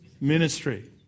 ministry